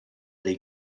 they